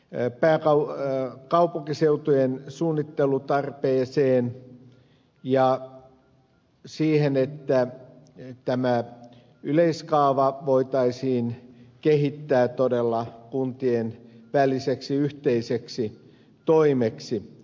hiltusen mainitsemaan kaupunkiseutujen suunnittelutarpeeseen ja siihen että yleiskaava voitaisiin kehittää todella kuntien väliseksi yhteiseksi toimeksi